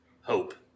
Hope